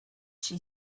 she